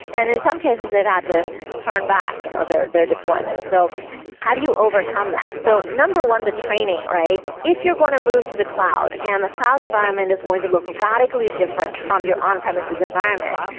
and in some cases, they've had to turn back you know their their deployment. so how do you overcome that? so number one, the training, right? if you're going to move to the cloud and the cloud environment is going to look radically different from your on-premises environment,